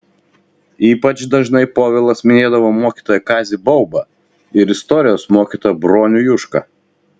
ypač dažnai povilas minėdavo mokytoją kazį baubą ir istorijos mokytoją bronių jušką